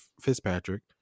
Fitzpatrick